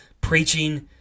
Preaching